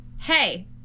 hey